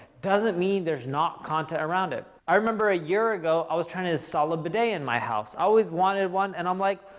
doesn't mean there's not content around it. i remember a year ago, i was trying to install but a bidet in my house. i always wanted one and i'm like,